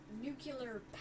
nuclear